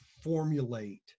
formulate